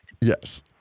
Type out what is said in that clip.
Yes